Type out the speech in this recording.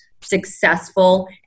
successful